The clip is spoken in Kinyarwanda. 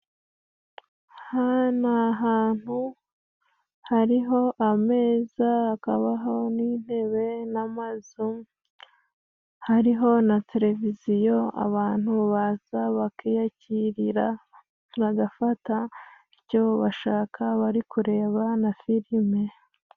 Aha ni ahantu hariho ameza, hakabaho n'intebe, n'amazu, hariho na televiziyo, abantu baza bakiyakirira bagafata icyo bashaka bari kureba na filime.